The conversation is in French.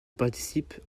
participe